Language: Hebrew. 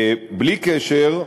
בלי קשר,